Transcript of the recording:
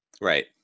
right